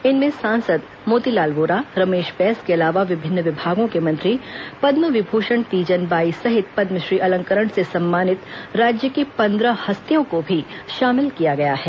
इनमें सांसद मोतीलाल वोरा रमेश बैस के अलावा विभिन्न विभागों के मंत्री पद्म विभूषण तीजन बाई सहित पद्मश्री अलंकरण से सम्मानित राज्य की पंद्रह हस्तियों को भी शामिल किया गया है